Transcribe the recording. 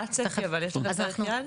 מה הצפי, יש לכם תאריך יעד?